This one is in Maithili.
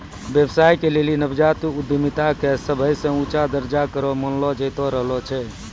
व्यवसाय के लेली नवजात उद्यमिता के सभे से ऊंचा दरजा करो मानलो जैतो रहलो छै